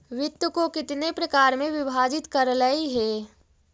वित्त को कितने प्रकार में विभाजित करलइ हे